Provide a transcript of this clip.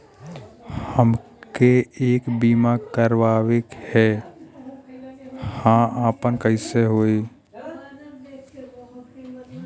हमके एक बीमा करावे के ह आपन कईसे होई?